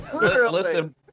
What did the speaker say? Listen